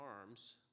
arms